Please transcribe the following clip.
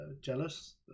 Jealous